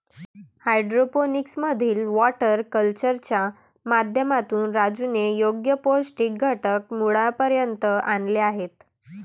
hydroponics मधील water कल्चरच्या माध्यमातून राजूने योग्य पौष्टिक घटक मुळापर्यंत आणले आहेत